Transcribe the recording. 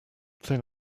thing